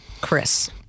Chris